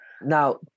Now